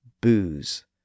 booze